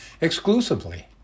exclusively